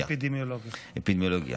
למה לא קרימינולוגים?